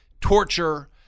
torture